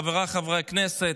חבריי חברי הכנסת,